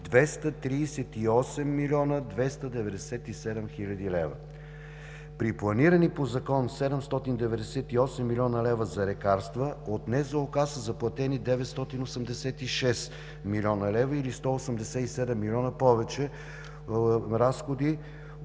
238 млн. 297 хил. лв. При планирани по закон 798 млн. лв. за лекарства от НЗОК са заплатени 986 млн. лв. или 187 милиона повече разходи